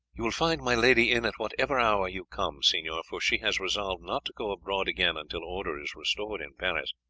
you will find my lady in at whatever hour you come, signor, for she has resolved not to go abroad again until order is restored in paris.